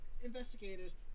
investigators